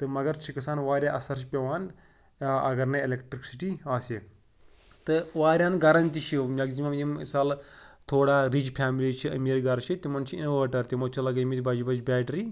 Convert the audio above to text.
تہٕ مگر چھِ گژھان واریاہ اَثر چھِ پٮ۪وان یا اگر نہٕ اٮ۪لٮ۪کٹِرٛکسِٹی آسہِ تہٕ واریَہَن گَرَن تہِ چھِ مٮ۪کزِمَم یِم مِثال تھوڑا رِچ فیملی چھِ أمیٖر گَرٕ چھِ تِمَن چھِ اِنوٲٹَر تِمو چھِ لَگٲمٕتۍ بَجہِ بَجہِ بیٹرٛی